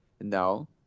Now